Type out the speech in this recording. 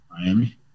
Miami